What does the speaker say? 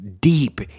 deep